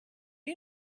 you